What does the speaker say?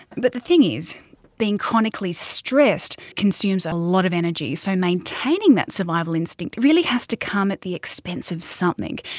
but the thing is being chronically stressed consumes a lot of energy, so maintaining that survival instinct really has to come at the expense of something.